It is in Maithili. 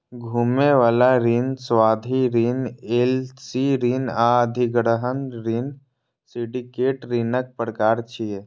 घुमै बला ऋण, सावधि ऋण, एल.सी ऋण आ अधिग्रहण ऋण सिंडिकेट ऋणक प्रकार छियै